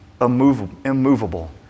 immovable